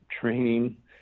training